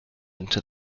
into